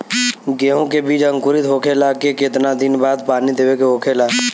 गेहूँ के बिज अंकुरित होखेला के कितना दिन बाद पानी देवे के होखेला?